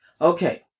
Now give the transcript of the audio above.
Okay